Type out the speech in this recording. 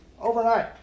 Overnight